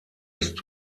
ist